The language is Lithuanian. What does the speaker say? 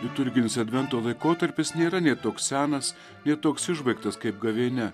liturginis advento laikotarpis nėra nei toks senas nei toks išbaigtas kaip gavėnia